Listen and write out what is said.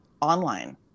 online